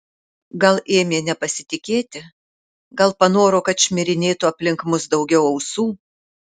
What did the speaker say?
gal ėmė nepasitikėti gal panoro kad šmirinėtų aplink mus daugiau ausų